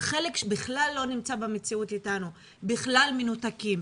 וחלק בכלל לא נמצא במציאות איתנו, בכלל מנותקים.